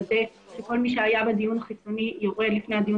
שכל מי שהיה בדיון חיצוני יורד לפני הדיון